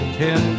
ten